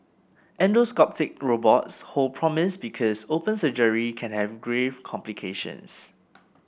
endoscopic robots hold promise because open surgery can have grave complications